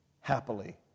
happily